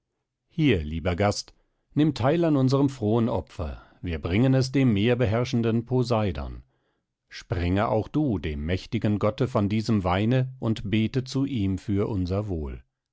hier lieber gast nimm teil an unserm frohen opfer wir bringen es dem meerbeherrschenden poseidon sprenge auch du dem mächtigen gotte von diesem weine und bete zu ihm für unser wohl